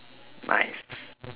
nice